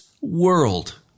world